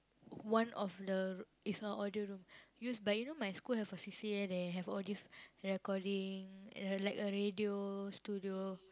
one of the it's a audio room used by you know my school have a C_C_A they have all these recording like a radio studio